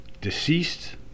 deceased